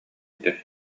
этэ